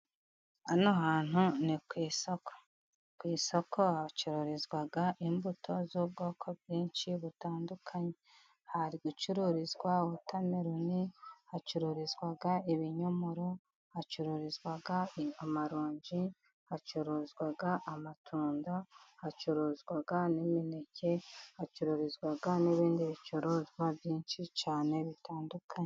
Hano hantu ni ku isoko. Ku isoko hacururizwa imbuto z'ubwoko bwinshi butandukanye. Hari gucururizwa wotameloni, hacururizwa ibinyomoro, hacururizwa amaronji, hacuruzwa amatunda, hacuruzwa n'imineke. Hacururizwa n'ibindi bicuruzwa byinshi cyane bitandukanye.